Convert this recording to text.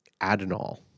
Adenol